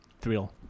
thrill